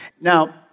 Now